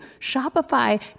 Shopify